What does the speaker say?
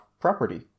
property